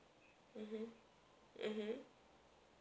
mmhmm mmhmm